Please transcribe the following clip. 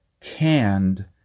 canned